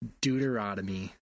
Deuteronomy